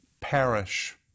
perish